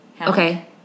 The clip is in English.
Okay